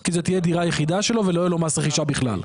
כי זו תהיה הדירה היחידה שלו ולא יהיה לו מס רכישה בכלל.